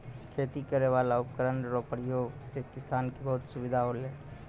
खेती करै वाला उपकरण रो उपयोग से किसान के बहुत सुबिधा होलै